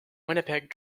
winnipeg